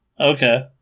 Okay